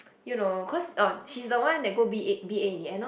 you know cause uh she's the one that go b_a b_a in the end orh